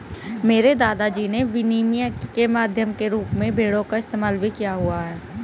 मेरे दादा जी ने विनिमय के माध्यम के रूप में भेड़ों का इस्तेमाल भी किया हुआ है